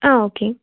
ஆ okay